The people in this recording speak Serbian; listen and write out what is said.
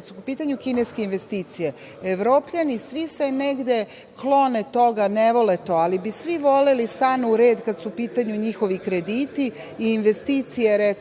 su u pitanju kineske investicije, Evropljani svi se negde klone toga, ne vole to, ali bi svi voleli da stanu u red kada su u pitanju njihovi krediti i investicije, recimo,